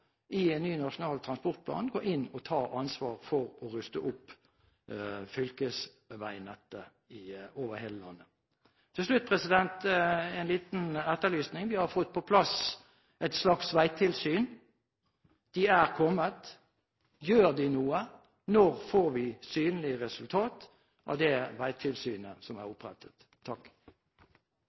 inn og ta ansvar for å ruste opp fylkesveinettet over hele landet. Til slutt en liten etterlysning: Vi har fått på plass et slags veitilsyn. Det tilsynet er kommet. Gjør tilsynet noe? Når får vi synlige resultat av det veitilsynet som er opprettet?